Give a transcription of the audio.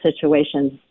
situations